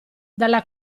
dalla